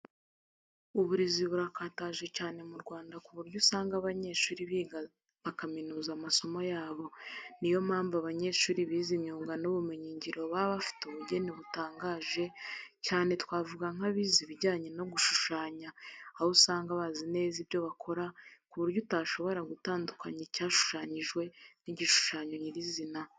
Uburezi burakataje cyane mu Rwanda ku buryo usanga abanyeshuri biga bakaminuza amasomo yabo, ni yo mpamvu abanyeshuri bize imyuga n'ubumenyingiro baba bafite ubugeni butangaje cyane twavuga nk'abize ibijyanye no gushushanya aho usanga bazi neza ibyo bakora ku buryo utashobora gutandukanya icyashushanyijwe n'igishushanyo nyir'izina.